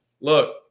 look